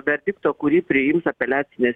verdikto kurį priims apeliacinės